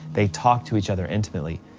they talk to each other intimately,